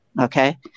Okay